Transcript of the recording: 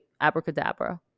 abracadabra